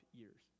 years